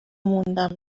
موندم